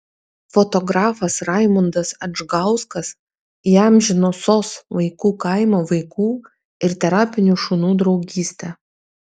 fotografas raimundas adžgauskas įamžino sos vaikų kaimo vaikų ir terapinių šunų draugystę